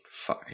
Fine